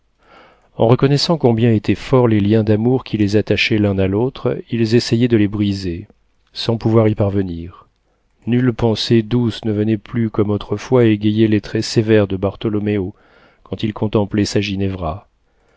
en reconnaissant combien étaient forts les liens d'amour qui les attachaient l'un à l'autre ils essayaient de les briser sans pouvoir y parvenir nulle pensée douce ne venait plus comme autrefois égayer les traits sévères de bartholoméo quand il contemplait sa